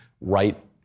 right